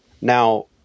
Now